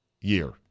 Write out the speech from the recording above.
year